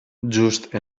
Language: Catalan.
just